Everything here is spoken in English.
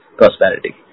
prosperity